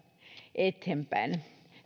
eteenpäin